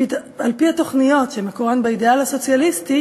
על-פי התוכניות שמקורן באידיאל הסוציאליסטי